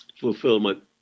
Fulfillment